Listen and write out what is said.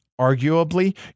Arguably